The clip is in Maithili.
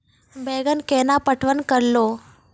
बैंगन केना पटवन करऽ लो?